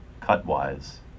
cut-wise